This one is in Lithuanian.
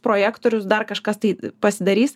projektorius dar kažkas tai pasidarys